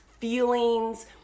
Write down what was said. feelings